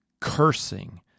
cursing